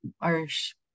Irish